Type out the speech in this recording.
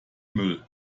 müll